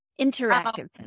Interactive